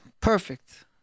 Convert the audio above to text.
perfect